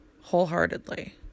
wholeheartedly